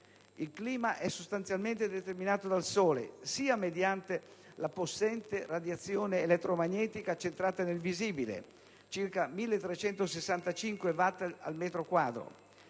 Il clima è sostanzialmente determinato dal Sole, sia mediante la possente radiazione elettromagnetica centrata nel visibile (circa 1.365 watt al metro quadrato),